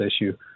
issue